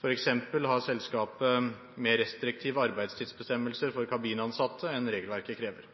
har selskapet mer restriktive arbeidstidsbestemmelser for kabinansatte enn regelverket krever.